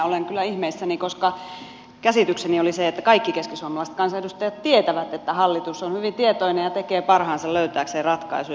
olen kyllä ihmeissäni koska käsitykseni oli se että kaikki keskisuomalaiset kansanedustajat tietävät että hallitus on hyvin tietoinen ja tekee parhaansa löytääkseen ratkaisuja